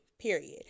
period